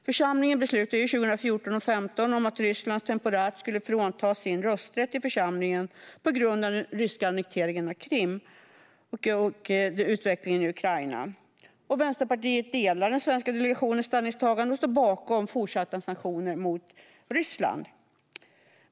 Församlingen beslutade 2014 och 2015 att Ryssland temporärt skulle fråntas sin rösträtt i församlingen på grund av den ryska annekteringen av Krim och utvecklingen i Ukraina. Vänsterpartiet delar den svenska delegationens ställningstagande och står bakom fortsatta sanktioner mot Ryssland.